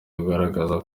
kugaragara